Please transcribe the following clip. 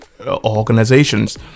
organizations